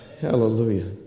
Hallelujah